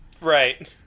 Right